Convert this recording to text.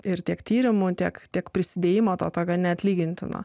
ir tiek tyrimo tiek tiek prisidėjimo toga neatlygintina